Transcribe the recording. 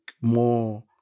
more